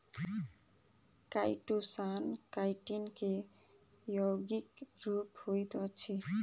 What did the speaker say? chitosan chitin के यौगिक रूप होइत अछि